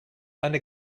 eine